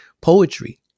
poetry